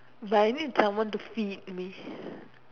but I need someone to feed me